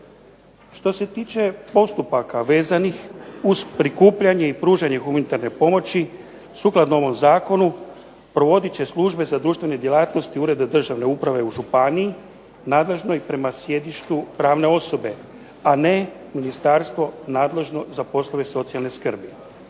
Što se tiče postupaka vezanih uz prikupljanje i pružanje humanitarne pomoći sukladno ovom zakonu provodit će službe za društvene djelatnosti ureda državne uprave u županiji nadležnoj prema sjedištu pravne osobe, a ne ministarstvo nadležno za poslove socijalne skrbi.